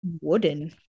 Wooden